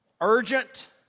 urgent